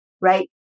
right